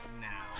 now